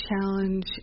challenge